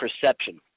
perception